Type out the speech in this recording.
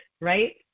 right